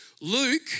Luke